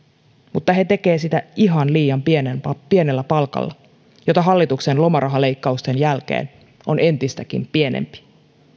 mutta he tekevät sitä ihan liian pienellä palkalla joka hallituksen lomarahaleikkausten jälkeen on entistäkin pienempi